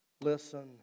listen